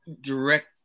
direct